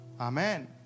amen